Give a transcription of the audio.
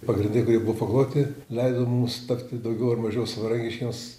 pagrindai kurie buvo pakloti leido mums tapti daugiau ar mažiau savarankiškiems